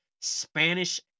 Spanish